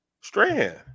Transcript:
Strand